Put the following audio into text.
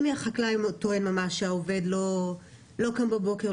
אם החקלאי טוען ממש שהעובד לא קם בבוקר,